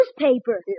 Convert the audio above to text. newspaper